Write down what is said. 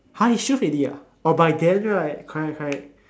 !huh! he already ah oh by then right correct correct